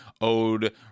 owed